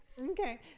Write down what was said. okay